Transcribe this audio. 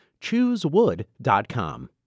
Choosewood.com